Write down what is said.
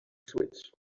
switch